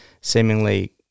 seemingly